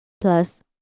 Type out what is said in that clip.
plus